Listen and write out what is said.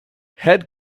head